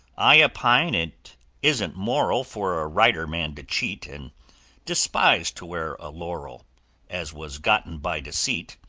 i opine it isn't moral for a writer-man to cheat, and despise to wear a laurel as was gotten by deceit.